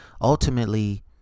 ultimately